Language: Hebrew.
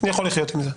לחיות עם זה.